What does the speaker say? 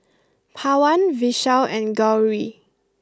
Pawan Vishal and Gauri